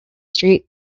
street